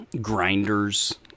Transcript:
grinders